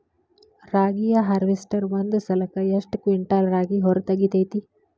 ರಾಗಿಯ ಹಾರ್ವೇಸ್ಟರ್ ಒಂದ್ ಸಲಕ್ಕ ಎಷ್ಟ್ ಕ್ವಿಂಟಾಲ್ ರಾಗಿ ಹೊರ ತೆಗಿತೈತಿ?